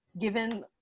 given